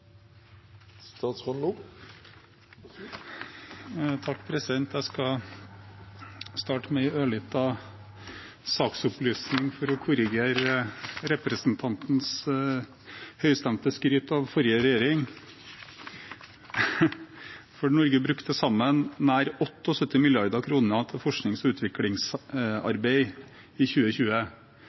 Jeg skal starte med en ørliten saksopplysning for å korrigere representantens høystemte skryt av forrige regjering. Norge brukte til sammen nær 78 mrd. kr til forsknings- og utviklingsarbeid i 2020.